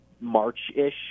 march-ish